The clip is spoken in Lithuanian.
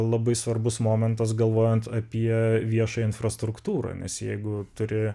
labai svarbus momentas galvojant apie viešą infrastruktūrą nes jeigu turi